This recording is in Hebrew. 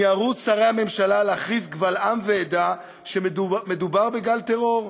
מיהרו שרי הממשלה להכריז קבל עם ועדה שמדובר בגל טרור.